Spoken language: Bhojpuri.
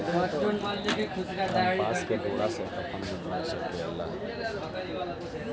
कपास के डोरा से कफन भी बन सकेला